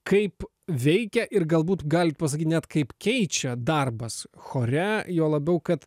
kaip veikia ir galbūt galit pasakyt net kaip keičia darbas chore juo labiau kad